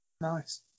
Nice